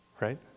right